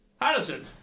Addison